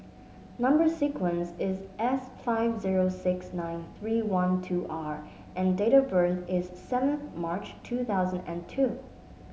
number sequence is S five zero six nine three one two R and date of birth is seventh March two thousand and two